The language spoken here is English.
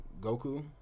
Goku